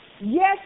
Yes